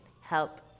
help